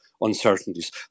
uncertainties